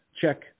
check